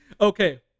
Okay